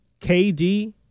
KD